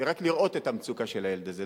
רק לראות המצוקה של הילד הזה.